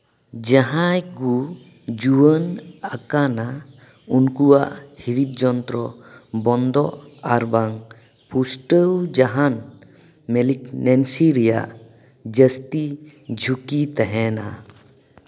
ᱡᱟᱦᱟᱸᱭ ᱠᱩ ᱡᱩᱣᱟᱹᱱ ᱟᱠᱟᱱᱟ ᱩᱱᱠᱩᱣᱟᱜ ᱦᱨᱤᱫ ᱡᱚᱱᱛᱨᱚ ᱵᱚᱱᱫᱚᱜ ᱟᱨ ᱵᱟᱝ ᱯᱩᱥᱴᱟᱹᱣ ᱡᱟᱦᱟᱱ ᱢᱮᱞᱤᱠᱱᱮᱞᱥᱤ ᱨᱮᱭᱟᱜ ᱡᱟᱹᱥᱛᱤ ᱡᱷᱩᱸᱠᱤ ᱛᱟᱦᱮᱱᱟ